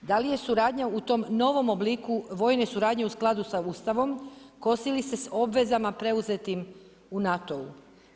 Da li je suradnja u tom novom obliku, vojne suradnje u skladu sa Ustavom, kosi li se s obvezama preuzetim u NATO-u?